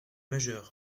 majeur